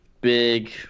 big